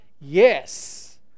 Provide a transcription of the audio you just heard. Yes